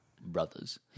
brothers